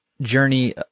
journey